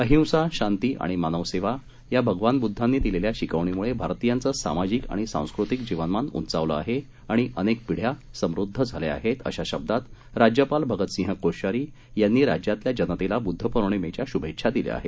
अहिंसा शांती आणि मानव सेवा या भगवान बुद्धांनी दिलेल्या शिकवणीमुळे भारतीयांचं सामाजिक आणि सांस्कृतिक जीवनमान उंचावलं आहे आणि अनेक पिढ्या समृद्ध झाल्या आहेत अशा शब्दात राज्यपाल भगतसिंह कोश्यारी यांनी राज्यातल्या जनतेला बुद्धपौर्णिमेच्या शुभेच्छा दिल्या आहेत